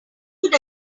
would